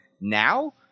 now